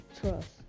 trust